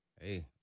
hey